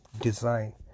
Design